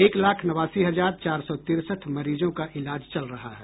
एक लाख नवासी हजार चार सौ तिरसठ मरीजों का इलाज चल रहा है